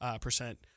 percent